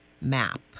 map